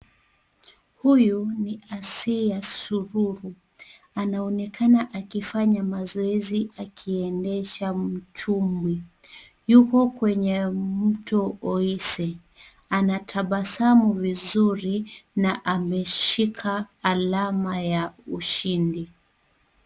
Huyu ni asiya suluhu anaonekana akifanya mazo ezi aki endesha mtumbwi yuko kwenye mto oise anatabasamu vizuri na ameshika alama ya ushindi.